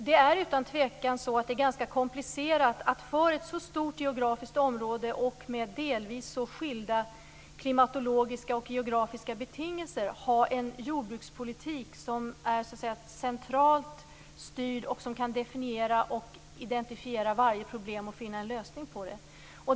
Det är utan tvivel ganska komplicerat att för ett så stort geografiskt område med delvis så skilda klimatologiska och geografiska betingelser ha en jordbrukspolitik som är centralt styrd och som samtidigt kan definiera och identifiera varje problem och finna en lösning på det.